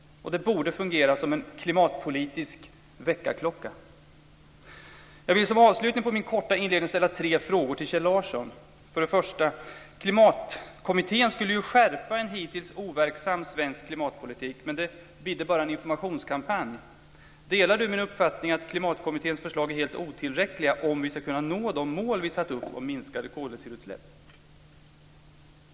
Det borde fungera som en klimatpolitisk väckarklocka. Jag vill som avslutning på min korta inledning ställa tre frågor till Kjell Larsson. För det första: Klimatkommittén skulle ju skärpa en hittills overksam svensk klimatpolitik. Men det bidde bara en informationskampanj. Delar Kjell Larsson min uppfattning, att Klimatkommitténs förslag är helt otillräckliga om vi ska kunna nå de mål som vi satt upp för minskade koldioxidutsläpp?